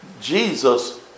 Jesus